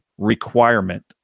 requirement